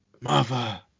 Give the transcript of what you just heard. mother